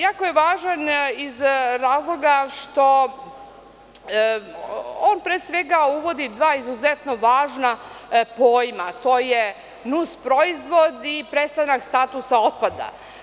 Jako je važan iz razloga što on, pre svega, uvodi dva izuzetno važna pojma: to je nusproizvod i prestanak statusa otpada.